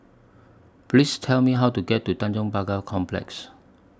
Please Tell Me How to get to Tanjong Pagar Complex